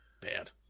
Bad